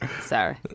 Sorry